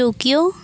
Tokyo